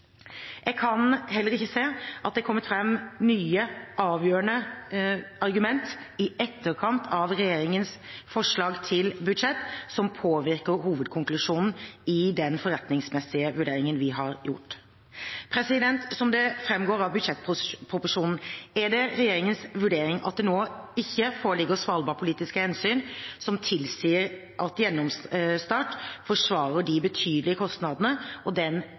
Jeg kan heller ikke se at det er kommet fram nye, avgjørende argument i etterkant av regjeringens forslag til budsjett som påvirker hovedkonklusjonen i den forretningsmessige vurderingen vi har foretatt. Som det framgår av budsjettproposisjonen, er det regjeringens vurdering at det nå ikke foreligger svalbardpolitiske hensyn som tilsier at gjenoppstart forsvarer de betydelige kostnadene og den